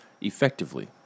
effectively